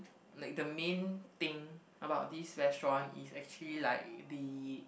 like the main thing about this restaurant is actually like the